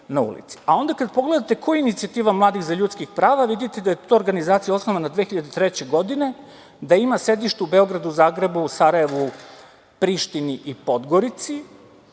Onda, ako pogledate ko je Inicijativa mladih za ljudska prava, vidite da je to organizacija osnovana 2003. godine, da ima sedište u Beogradu, Zagrebu, Sarajevu, Prištini i Podgorici.